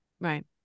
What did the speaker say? Right